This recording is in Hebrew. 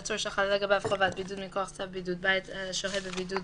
עצור שחלה לגביו חובת בידוד מכוח צו בידוד בית השוהה בבידוד